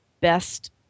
best –